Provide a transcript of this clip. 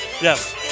Yes